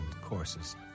courses